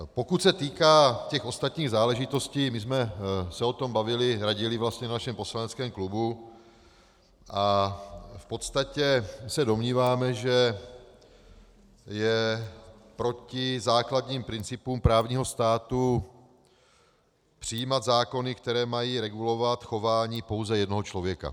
Pokud se týká ostatních záležitostí, my jsme se o tom bavili, radili v našem poslaneckém klubu a v podstatě se domníváme, že je proti základním principům právního státu přijímat zákony, které mají regulovat chování pouze jednoho člověka.